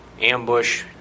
ambush